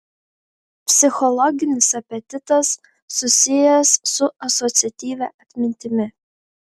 psichologinis apetitas susijęs su asociatyvia atmintimi